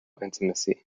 intimacy